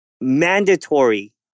mandatory